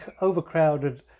overcrowded